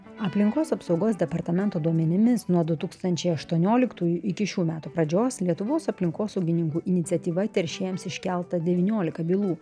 aplinkos apsaugos departamento duomenimis nuo du tūkstančiai aštuonioliktųjų iki šių metų pradžios lietuvos aplinkosaugininkų iniciatyva teršėjams iškelta devyniolika bylų